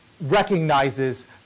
recognizes